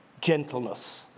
gentleness